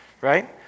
right